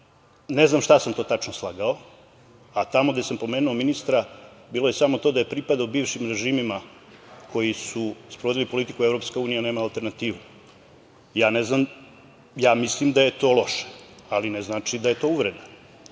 ne znam šta sam to tačno slagao, a tamo gde sam pomenuo ministra bilo je samo to da je pripadao bivšim režimima koji su sprovodili politiku EU nema alternativu. Ne znam, ali mislim da je to loše. Ne znači da je to uvreda. On